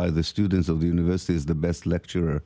by the students of the universe is the best lecturer